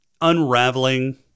unraveling